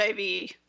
HIV